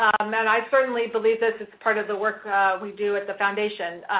um and i certainly believe this is part of the work we do at the foundation.